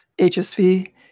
HSV